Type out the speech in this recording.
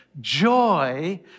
joy